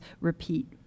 repeat